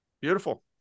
beautiful